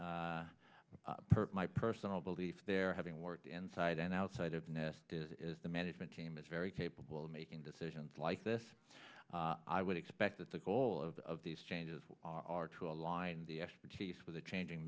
per my personal belief they're having worked inside and outside of nest is the management team is very capable of making decisions like this i would expect that the goal of these changes are to align the expertise with the changing